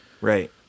right